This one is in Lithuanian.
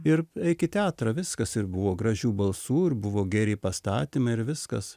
ir eik į teatrą viskas ir buvo gražių balsų ir buvo geri pastatymai ir viskas